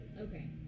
okay